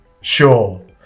sure